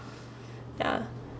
yeah